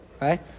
Right